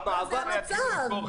זה בדיוק המצב.